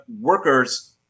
workers